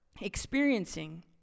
experiencing